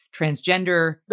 transgender